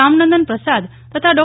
રામનંદનપ્રસાદ તથા ડો